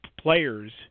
players